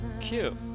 Cute